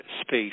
space